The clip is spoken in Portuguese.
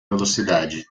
velocidade